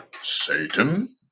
Satan